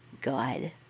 god